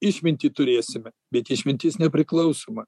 išmintį turėsime bet išmintis nepriklausoma